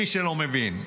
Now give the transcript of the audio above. מי שלא מבין.